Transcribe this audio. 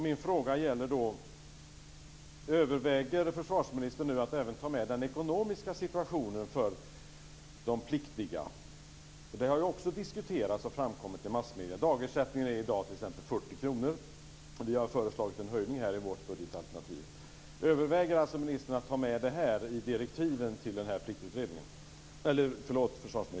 Min fråga är då: Överväger försvarsministern nu att även ta med den ekonomiska situationen för de pliktiga? Detta har ju också diskuterats i massmedierna. Dagersättningen är t.ex. 40 kr i dag. Vi har föreslagit en höjning i vårt budgetalternativ. Överväger alltså försvarsministern att ta med detta i direktiven till den här pliktutredningen.